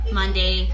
monday